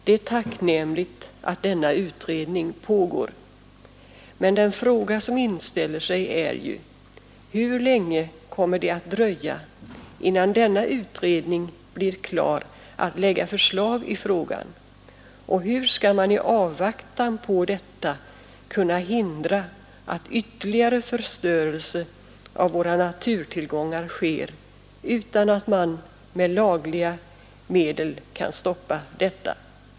Det är tacknämligt att denna utredning pågår. Men den fråga som inställer sig är ju: Hur länge kommer det att dröja innan denna utredning blir klar att lägga förslag i frågan, och hur skall man i avvaktan på detta kunna hindra att ytterligare förstörelse av våra naturtillgångar sker utan att man med lagliga medel kan stoppa den?